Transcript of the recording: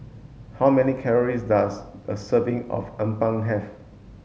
how many calories does a serving of Appam have